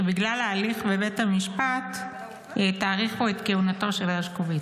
ובגלל ההליך בבית המשפט תאריכו את כהונתו של הרשקוביץ.